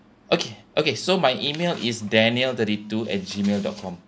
okay okay so my email is daniel thirty two at gmail dot com